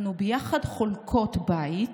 אנחנו ביחד חולקות בית